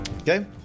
Okay